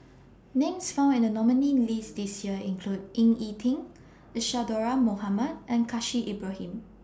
Names found in The nominees' list This Year include Ying E Ding Isadhora Mohamed and Khalil Ibrahim